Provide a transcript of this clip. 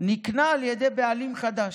נקנה על ידי בעלים חדשים.